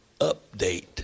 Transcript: update